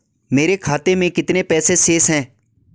मेरे खाते में कितने पैसे शेष हैं?